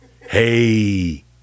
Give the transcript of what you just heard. Hey